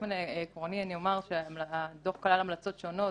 באופן עקרוני אני אומר שהדוח כלל המלצות שונות,